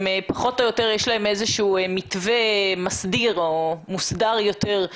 פחות או יותר יש לו איזשהו מתווה מסדיר או מוסדר יותר.